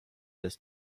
des